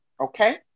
okay